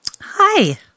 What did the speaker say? hi